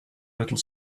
little